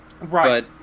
Right